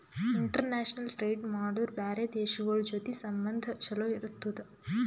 international trade ಮಾಡುರ್ ಬ್ಯಾರೆ ದೇಶಗೋಳ್ ಜೊತಿ ಸಂಬಂಧ ಛಲೋ ಇರ್ತುದ್